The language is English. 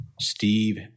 Steve